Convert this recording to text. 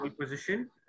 position